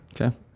Okay